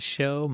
Show